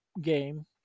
game